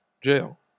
jail